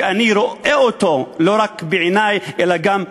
שאני רואה אותו לא רק בעיני אלא גם בלבי.